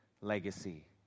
legacy